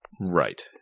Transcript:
Right